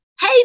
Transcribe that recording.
Hey